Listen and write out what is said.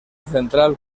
central